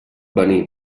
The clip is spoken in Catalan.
venir